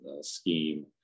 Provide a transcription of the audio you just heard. scheme